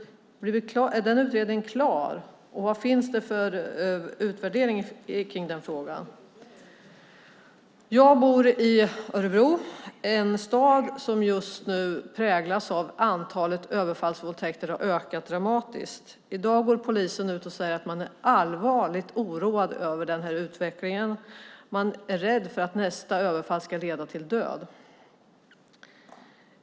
Är utredningen klar? Och vad finns det för utvärdering av den frågan? Jag bor i Örebro, en stad som just nu präglas av att antalet överfallsvåldtäkter ökar dramatiskt. I dag går polisen ut och säger att man är allvarligt oroad över utvecklingen. Man är rädd för att nästa överfall ska leda till död.